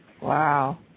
Wow